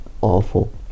awful